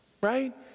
right